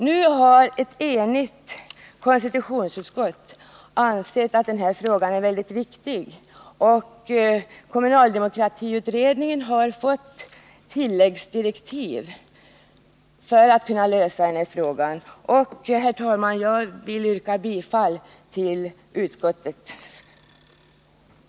Nu har ett enigt konstitutionsutskott ansett att den här frågan är väldigt viktig, och kommunaldemokratiutredningen har fått tilläggsdirektiv för att kunna lösa problemet. Herr talman! Jag vill yrka bifall till utskottets hemställan.